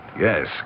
Yes